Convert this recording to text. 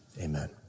Amen